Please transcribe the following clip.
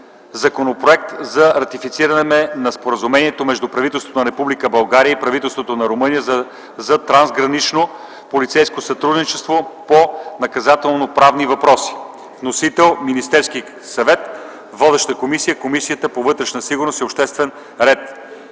Законопроект за ратифициране на Споразумението между правителството на Република България и правителството на Румъния за трансгранично полицейско сътрудничество по наказателноправни въпроси. Вносител – Министерският съвет. Водеща е Комисията по вътрешна сигурност и обществен ред.